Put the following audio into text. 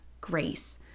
grace